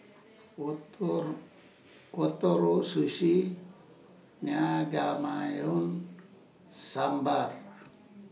Ootoro Ootoro Sushi Naengmyeon Sambar